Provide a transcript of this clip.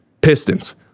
pistons